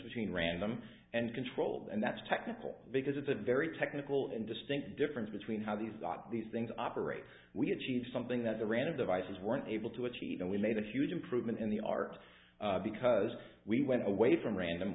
between random and controlled and that's technical because it's a very technical and distinct difference between how these got these things operate we achieve something that's a random devices weren't able to achieve and we made a huge improvement in the art because we went away from random